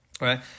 right